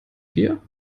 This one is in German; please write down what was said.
bier